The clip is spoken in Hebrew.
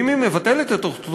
ואם היא מבטלת את התוכנית,